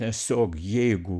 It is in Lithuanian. tiesiog jeigu